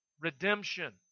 Redemption